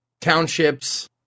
townships